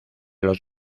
los